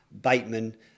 Bateman